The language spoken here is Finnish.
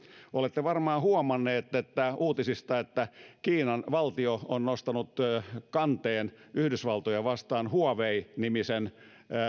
olette varmaan huomanneet uutisista että kiinan valtio on nostanut kanteen yhdysvaltoja vastaan huawei nimisen